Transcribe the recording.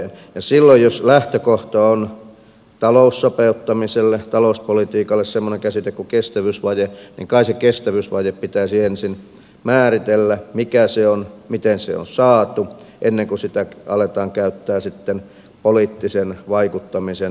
ja silloin jos lähtökohta on taloussopeuttamiselle talouspolitiikalle semmoinen käsite kuin kestävyysvaje niin kai se kestävyysvaje pitäisi ensin määritellä mikä se on miten se on saatu ennen kuin sitä aletaan käyttämään sitten poliittisen vaikuttamisen työkaluna